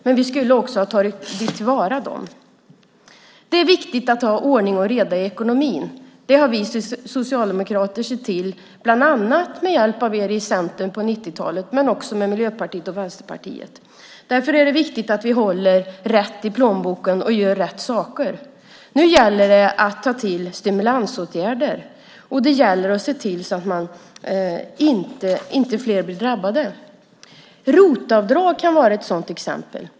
Men vi skulle också ha tagit till vara dem. Det är viktigt att ha ordning och reda i ekonomin. Det har vi socialdemokrater sett till, bland annat med hjälp av er i Centern på 90-talet men också med Miljöpartiet och Vänsterpartiet. Därför är det viktigt att vi håller i plånboken och gör rätt saker. Nu gäller det att ta till stimulansåtgärder, och det gäller att se till att inte fler blir drabbade. ROT-avdrag kan vara ett sådant exempel.